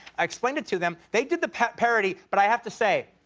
i explained it to them. they did the parody. but i have to say.